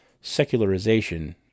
secularization